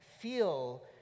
feel